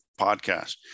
podcast